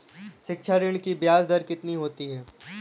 शिक्षा ऋण की ब्याज दर कितनी होती है?